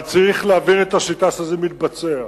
אבל צריך להבין את השיטה שבה זה מתבצע.